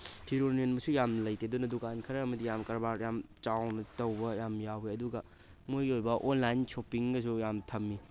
ꯐꯤꯔꯣꯜ ꯌꯣꯟꯕꯁꯨ ꯌꯥꯝꯅ ꯂꯩꯇꯦ ꯑꯗꯨꯅ ꯗꯨꯀꯥꯟ ꯈꯔ ꯑꯃꯗꯤ ꯌꯥꯝ ꯀꯔꯕꯥꯔ ꯌꯥꯝ ꯆꯥꯎꯅ ꯇꯧꯕ ꯌꯥꯝ ꯌꯥꯎꯋꯤ ꯑꯗꯨꯒ ꯃꯣꯏꯒꯤ ꯑꯣꯏꯕ ꯑꯣꯟꯂꯥꯏꯟ ꯁꯣꯞꯄꯤꯡꯒꯁꯨ ꯌꯥꯝ ꯊꯝꯃꯤ